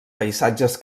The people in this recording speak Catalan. paisatges